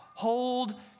hold